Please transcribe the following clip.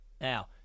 Now